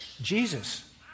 Jesus